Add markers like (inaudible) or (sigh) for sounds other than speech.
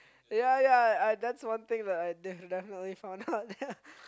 ya ya I that's one thing I definitely found out (laughs) ya